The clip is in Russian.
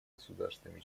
государствами